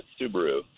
Subaru